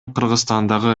кыргызстандагы